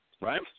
right